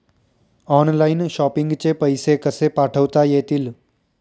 Online shopping चे पैसे कसे पाठवता येतील?